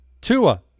Tua